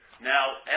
Now